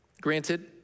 granted